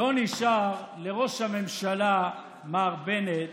לא נשאר לראש הממשלה מר בנט